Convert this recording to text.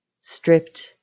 Stripped